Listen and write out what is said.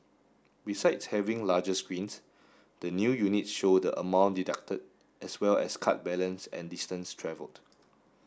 besides having larger screens the new units show the amount deducted as well as card balance and distance travelled